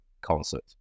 concert